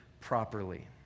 properly